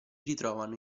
ritrovano